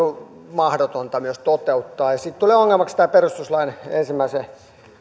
mahdotonta myös toteuttaa ja sitten tulee ongelmaksi tämä perustuslain ensimmäisen